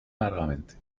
largamente